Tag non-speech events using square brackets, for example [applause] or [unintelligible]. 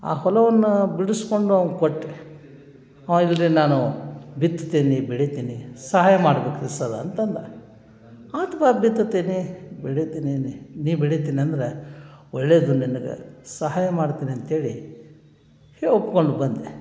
ಆ ಹೊಲವನ್ನು ಬಿಡಿಸಿಕೊಂಡು ಅವ್ನ ಕೊಟ್ಟೆ [unintelligible] ನಾನು ಬಿತ್ತುತ್ತೀನಿ ಬೆಳಿತೀನಿ ಸಹಾಯ ಮಾಡ್ಬೇಕ ಸರ ಅಂತ ಅಂದ ಆತು ಬಾ ಬಿತ್ತುತ್ತೀನಿ ಬೆಳಿತೀನಿ ನಿ ನಿ ಬೆಳಿತೀನಂದ್ರೆ ಒಳ್ಳೆಯದು ನನಗೆ ಸಹಾಯ ಮಾಡ್ತೀನಿ ಅಂಥೇಳಿ ಹೆ ಒಪ್ಕೊಂಡು ಬಂದೆ